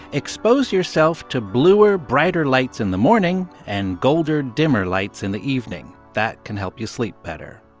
expose yourself to bluer, brighter lights in the morning and golder, dimmer lights in the evening. that can help you sleep better